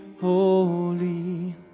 holy